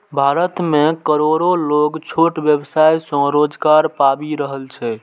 भारत मे करोड़ो लोग छोट व्यवसाय सं रोजगार पाबि रहल छै